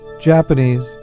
Japanese